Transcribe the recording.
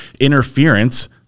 interference